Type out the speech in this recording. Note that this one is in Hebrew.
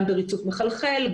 גם בריצוף מחלחל,